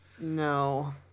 No